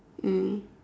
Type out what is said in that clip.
mm